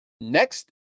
next